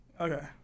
Okay